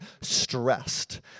stressed